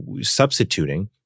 substituting